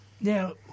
Now